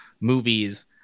movies